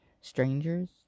strangers